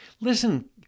Listen